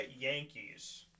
Yankees